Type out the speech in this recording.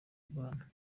bana